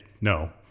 No